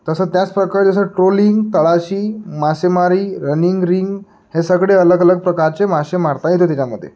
तसं त्याचप्रकारे जसं ट्रोलिंग तळाशी मासेमारी रनिंग रिंग हे सगळे अलग अलग प्रकारचे मासे मारता येते त्याच्यामध्ये